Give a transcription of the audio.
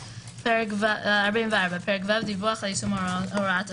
פרק ו' דיווח על יישום הוראת השעה.